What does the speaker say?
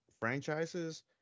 franchises